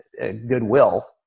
goodwill